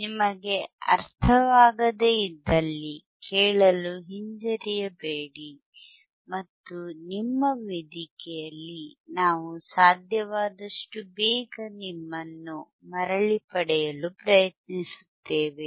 ನಿಮಗೆ ಅರ್ಥವಾಗದೇ ಇದ್ದಲ್ಲಿ ಕೇಳಲು ಹಿಂಜರಿಯಬೇಡಿ ಮತ್ತು ನಿಮ್ಮ ವೇದಿಕೆಯಲ್ಲಿ ನಾವು ಸಾಧ್ಯವಾದಷ್ಟು ಬೇಗ ನಿಮ್ಮನ್ನು ಮರಳಿ ಪಡೆಯಲು ಪ್ರಯತ್ನಿಸುತ್ತೇವೆ